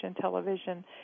television